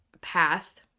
path